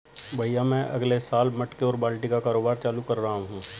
भैया मैं अगले साल मटके और बाल्टी का कारोबार चालू कर रहा हूं